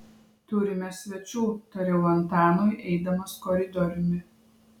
turime svečių tariau antanui eidamas koridoriumi